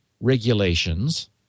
regulations